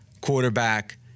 quarterback